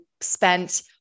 spent